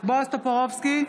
בועז טופורובסקי,